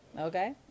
Okay